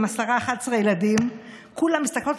חבר הכנסת מרגי, אינו נוכח, חבר הכנסת